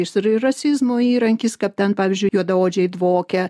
ir turi ir rasizmo įrankis kad ten pavyzdžiui juodaodžiai dvokia